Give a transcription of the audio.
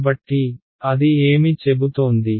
కాబట్టి అది ఏమి చెబుతోంది